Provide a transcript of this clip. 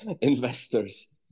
investors